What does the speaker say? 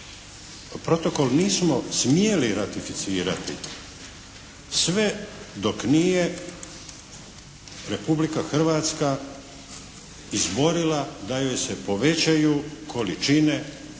Protokol nismo smjeli ratificirati sve dok nije Republika Hrvatska izborila da joj se povećaju količine ispuštanja